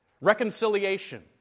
Reconciliation